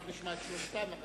נשמע את שלושתם.